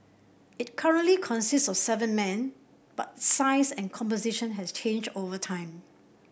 it currently consists of seven men but its size and composition has changed over time